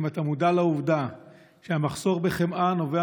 האם אתה מודע לעובדה שהמחסור בחמאה נובע